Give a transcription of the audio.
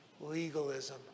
legalism